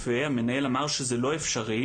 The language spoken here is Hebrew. משהו שבעיניי הוא מאוד מאוד מטריד,